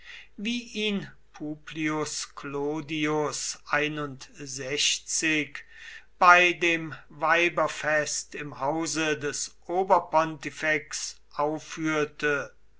wie ihn publius clodius bei dem weiberfest im hause des oberpontifex aufführte